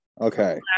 Okay